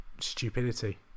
stupidity